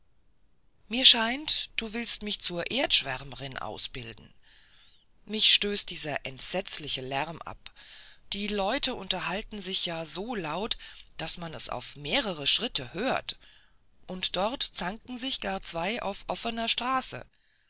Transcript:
mir scheint du willst dich zur erdschwärmerin ausbilden mich stößt schon dieser entsetzliche lärm ab die leute unterhalten sich ja so laut daß man es auf mehrere schritte hört und dort zanken sich gar zwei auf offener straße